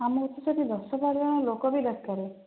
ଆମକୁ ତ ସେଇଠି ଦଶ ବାର ଜଣ ଲୋକ ବି ଦରକାର